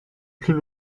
plus